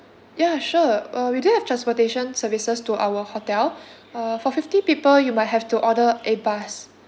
ya sure err we do have transportation services to our hotel uh for fifty people you might have to order a bus